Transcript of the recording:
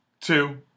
two